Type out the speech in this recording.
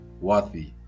worthy